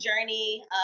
journey